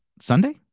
Sunday